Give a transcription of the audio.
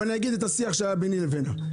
אבל אני אגיד את השיח שהיה ביני ובינה.